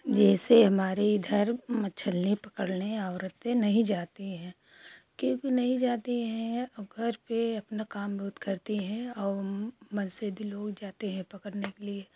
जैसे हमारे इधर मछली पकड़ने औरतें नहीं जाती हैं क्योंकि नहीं जाती है घर पर अपना काम बहुत करती है और मनसे भी लोग जाते हैं पकड़ने के लिए